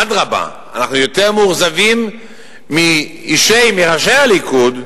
אדרבה, אנחנו יותר מאוכזבים מראשי הליכוד,